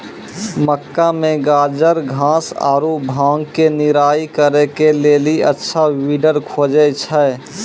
मक्का मे गाजरघास आरु भांग के निराई करे के लेली अच्छा वीडर खोजे छैय?